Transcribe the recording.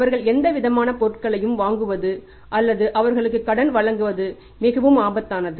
அவர்கள் எந்தவிதமான பொருட்களையும் வழங்குவது அல்லது அவர்களுக்கு கடன் வழங்குவது மிகவும் ஆபத்தானது